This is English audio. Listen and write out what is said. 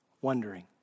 Wondering